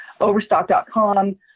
overstock.com